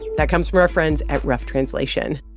that comes from our friends at rough translation.